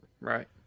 right